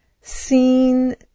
seen